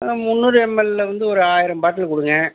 முந்நூறு எம்எல்லில் வந்து ஒரு ஆயிரம் பாட்டில் கொடுங்க